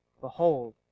Behold